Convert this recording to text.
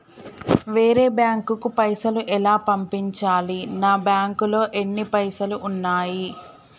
వేరే బ్యాంకుకు పైసలు ఎలా పంపించాలి? నా బ్యాంకులో ఎన్ని పైసలు ఉన్నాయి?